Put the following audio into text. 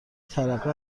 ترقه